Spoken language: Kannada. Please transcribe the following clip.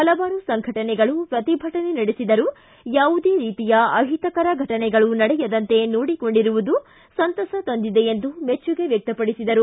ಹಲವಾರು ಸಂಘಟನೆಗಳು ಪ್ರತಿಭಟನೆ ನಡೆಸಿದರೂ ಯಾವುದೇ ರೀತಿಯ ಅಹಿತಕರ ಫಟನೆಗಳು ನಡೆಯದಂತೆ ನೋಡಿಕೊಂಡಿರುವುದು ಸಂತಸ ತಂದಿದೆ ಎಂದು ಮೆಚ್ಚುಗೆ ವ್ಯಕ್ತಪಡಿಸಿದರು